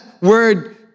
word